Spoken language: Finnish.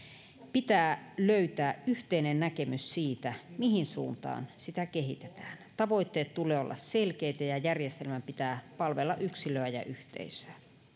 pitää löytää yhteinen näkemys siitä mihin suuntaan sitä kehitetään tavoitteiden tulee olla selkeitä ja järjestelmän pitää palvella yksilöä ja yhteisöä